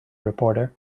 reporter